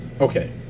Okay